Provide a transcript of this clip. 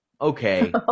Okay